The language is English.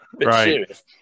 Right